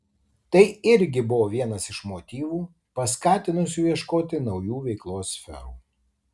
tai irgi buvo vienas iš motyvų paskatinusių ieškoti naujų veiklos sferų